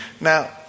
Now